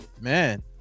Man